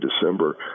December